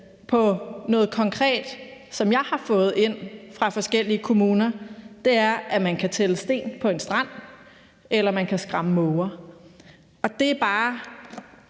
på noget konkret, som jeg har fået ind fra forskellige kommuner, er, at man kan tælle sten på en strand, eller at man kan skræmme måger, og det synes